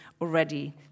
already